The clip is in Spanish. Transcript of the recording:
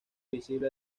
visible